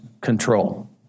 control